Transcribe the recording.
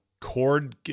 Cord